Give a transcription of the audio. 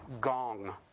gong